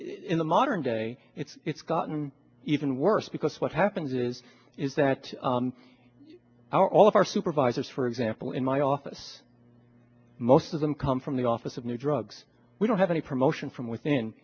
in the modern day it's gotten even worse because what happens is is that all of our supervisors for example in my office most of them come from the office of new drugs we don't have any promotion from within